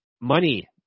Money